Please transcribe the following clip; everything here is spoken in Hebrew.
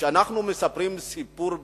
שאנחנו מספרים סיפור בדוי.